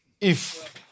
If-